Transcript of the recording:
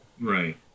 Right